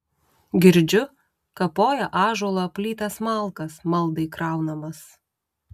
girdžiu kapoja ąžuolo aplytas malkas maldai kraunamas